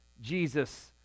Jesus